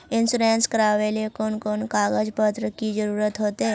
Insurance करावेल कोन कोन कागज पत्र की जरूरत होते?